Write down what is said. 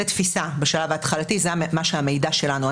בשלב ההתחלתי זה המידע שלנו.